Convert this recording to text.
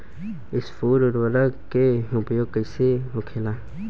स्फुर उर्वरक के उपयोग कईसे होखेला?